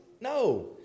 No